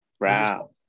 wow